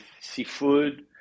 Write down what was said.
seafood